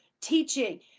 teaching